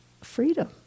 freedom